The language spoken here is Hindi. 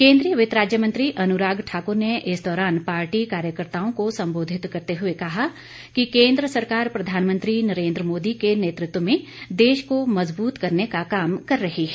केन्द्रीय वित्त राज्य मंत्री अनुराग ठाकुर ने इस दौरान पार्टी कार्यकर्ताओं को संबोधित करते हुए कहा कि केन्द्र सरकार प्रधानमंत्री नरेन्द्र मोदी के नेतृत्व में देश को मज़बूत करने का काम कर रही है